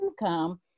income